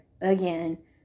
again